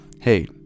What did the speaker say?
Hey